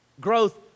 Growth